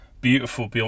beautiful